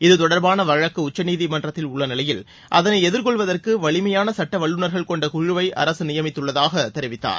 இதுதொடர்பான வழக்கு உச்சநீதிமன்றத்தில் உள்ள நிலையில் அதனை எதிர்கொள்வதற்கு வலிமையான சட்ட வல்லுனர்கள் கொண்ட குழுவை அரசு நியமித்துள்ளதாக தெரிவித்தார்